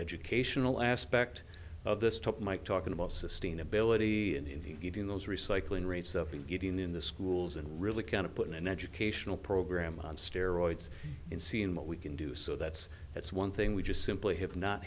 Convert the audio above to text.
educational aspect of this took mike talking about sustainability and indeed getting those recycling rates up and getting in the schools and really kind of putting an educational program on steroids in seeing what we can do so that's that's one thing we just simply have not